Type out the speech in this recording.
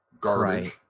garbage